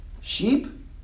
Sheep